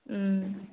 మ్మ్